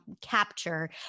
capture